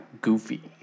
goofy